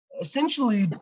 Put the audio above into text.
essentially